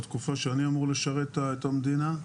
בתקופה שאני אמור לשרת את המדינה,